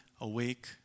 awake